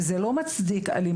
וזה גם לא מצדיק אלימות,